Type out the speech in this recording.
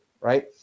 right